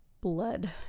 blood